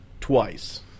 twice